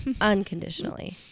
Unconditionally